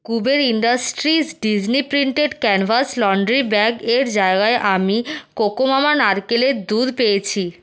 Kuber industries Disney printed canvas laundry ব্যাগের জায়গায় আমি কোকোমামা নারকেলের দুধ পেয়েছি